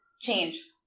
change